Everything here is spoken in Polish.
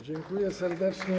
Dziękuję serdecznie.